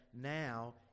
Now